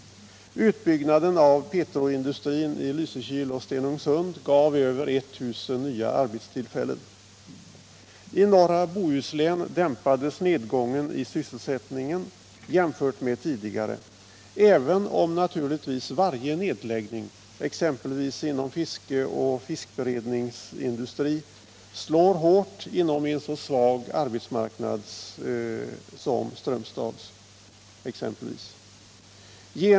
Utbyggnaden av petroindustrin i Lysekil och Stenungsund gav över 1 000 nya arbetstillfällen. I norra Bohuslän dämpades nedgången i sysselsättningen jämfört med tidigare, även om naturligtvis varje nedläggning, exempelvis inom fisket och fiskberedningsindustrin, slår hårt inom en så svag arbetsmarknad som Strömstads för att nämna ett exempel.